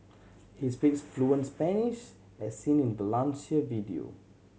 he speaks fluent Spanish as seen in Valencia video